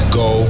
go